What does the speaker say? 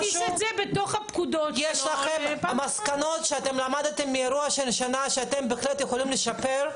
יש לכם מסקנות שלמדתם מן האירוע של השנה שאתם בהחלט יכולים לשפר,